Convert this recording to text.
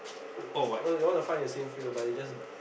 they want to find the same field but is just